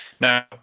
Now